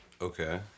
Okay